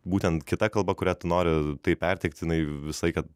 būtent kita kalba kuria tu nori tai pertekti jinai visą laiką